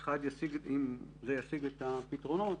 זה ישיג את הפתרונות